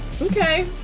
Okay